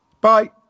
Bye